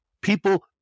People